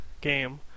game